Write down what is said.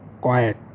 quiet